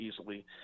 easily